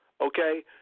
okay